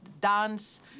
dance